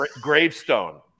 gravestone